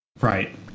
right